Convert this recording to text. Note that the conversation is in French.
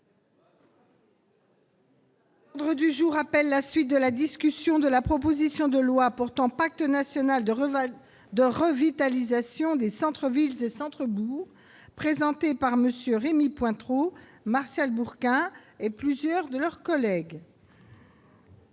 et de la délégation aux entreprises, de la proposition de loi portant Pacte national de revitalisation des centres-villes et centres-bourgs, présentée par MM. Rémy Pointereau, Martial Bourquin et plusieurs de leurs collègues